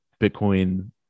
Bitcoin